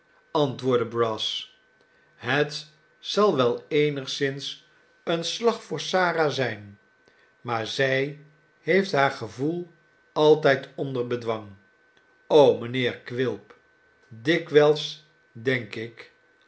antwoordde brass het zal wel eenigszins een slag voor sara zijn maar zij heeft haar gevoel altijd onder bedwang mijnheer quilp dikwijls denk ik